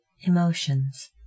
emotions